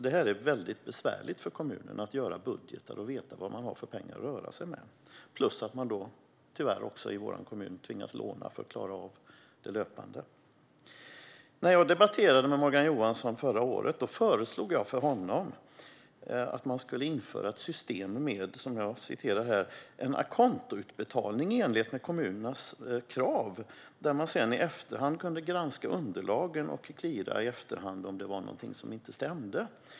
Det är väldigt besvärligt för kommunen att göra budgetar och veta vad man har för pengar att röra sig med, plus att man tyvärr i vår kommun också tvingas låna för att klara av det löpande. När jag debatterade med Morgan Johansson förra året föreslog jag för honom att man skulle införa ett system med en a conto-utbetalning i enlighet med kommunernas krav där man sedan kunde granska underlagen och i efterhand cleara om det var någonting som inte stämde.